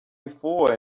before